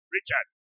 Richard